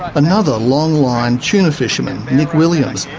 another long-line tuna fisherman, nick williams,